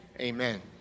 amen